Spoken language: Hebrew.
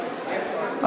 שני נמנעים.